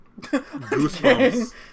Goosebumps